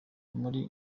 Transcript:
muri